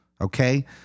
Okay